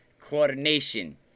coordination